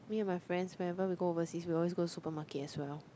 me and my friends whenever we go overseas we always go supermarket as well